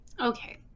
Okay